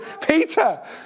Peter